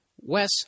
Wes